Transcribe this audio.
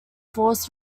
forced